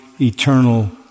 eternal